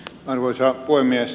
arvoisa puhemies